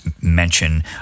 mention